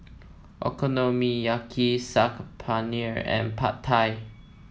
Okonomiyaki Saag Paneer and Pad Thai